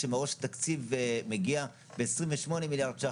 כשמראש התקציב מגיע ל-28 מיליארד ₪,